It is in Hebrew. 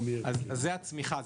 זאת הצמיחה,